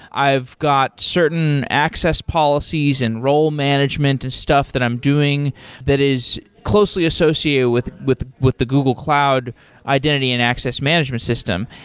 i've got certain access policies and role management and stuff that i'm doing that is closely associated with with the google cloud identity and access management system.